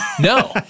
No